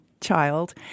child